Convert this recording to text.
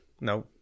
No